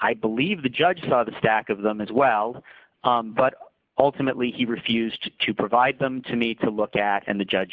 i believe the judge saw the stack of them as well but ultimately he refused to provide them to me to look at and the judge